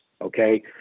Okay